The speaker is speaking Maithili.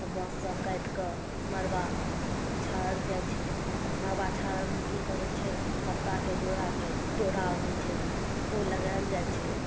तऽ बाँससभ काटि कऽ मड़वा छाड़ल जाइत छै मड़वा छाजलमे की करैत छै सप्ताके डोराके डोरा आनैत छै ओ लगायल जाइत छै